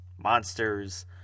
monsters